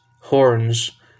horns